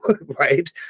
right